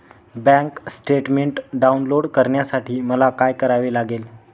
Bank statement download करण्यासाठी मला काय करावे लागेल?